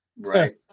Right